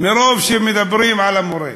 מרוב שמדברים על המורה.